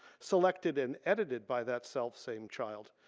selected and edited by that selfsame child.